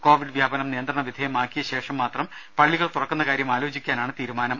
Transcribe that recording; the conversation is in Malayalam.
കോവിഡ് വ്യാപനം നിയന്ത്രണ വിധേയമാക്കിയ ശേഷം മാത്രം പള്ളികൾ തുറക്കുന്ന കാര്യം ആലോചിക്കാനാണ് തീരുമാനം